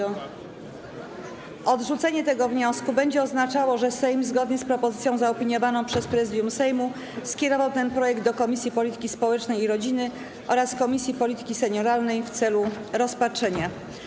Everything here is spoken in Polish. Odrzucenie tego wniosku będzie oznaczało, że Sejm zgodnie z propozycją zaopiniowaną przez Prezydium Sejmu skierował ten projekt do Komisji Polityki Społecznej i Rodziny oraz Komisji Polityki Senioralnej w celu rozpatrzenia.